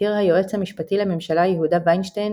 התיר היועץ המשפטי לממשלה יהודה וינשטיין